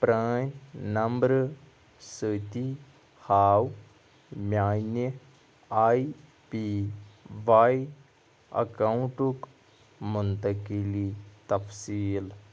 پرٛان نمبرٕ سۭتی ہاو میٛانہِ آے پی واے ایٚکاونٛٹُک مُنتقلی تفصیٖل